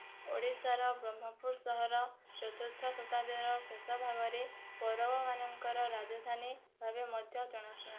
ଓଡ଼ିଶାର ବ୍ରହ୍ମପୁର ସହର ଚତୁର୍ଥ ଶତାବ୍ଦୀର ଶେଷ ଭାଗରେ ପୌରବମାନଙ୍କର ରାଜଧାନୀ ଭାବେ ମଧ୍ୟ ଜଣାଶୁଣା